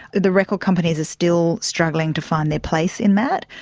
the record companies are still struggling to find their place in that.